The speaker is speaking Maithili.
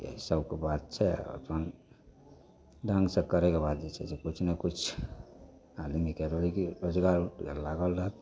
ई सबके बात छै अपन ढङ्ग से करैके बाद जे छै से किछु ने किछु आदमीके रोजी रोजगारमे लागल रहत